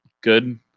good